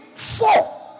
Four